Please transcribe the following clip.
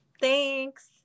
Thanks